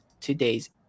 today's